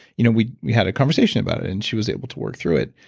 you know we we had a conversation about it and she was able to work through it.